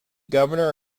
governor